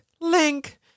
Link